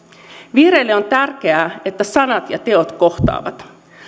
vihreille on tärkeää että sanat ja teot kohtaavat